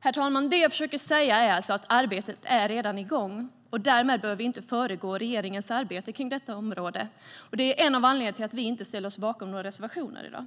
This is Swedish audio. Herr talman! Det jag försöker säga är alltså att arbetet redan är igång. Därmed bör vi inte föregå regeringens arbete på detta område, och det är en av anledningarna till att vi inte ställer oss bakom några reservationer i dag.